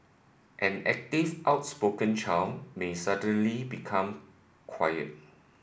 an active outspoken child may suddenly become quiet